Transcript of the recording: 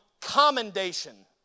commendation